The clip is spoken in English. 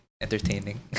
entertaining